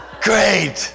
great